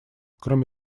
кроме